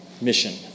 mission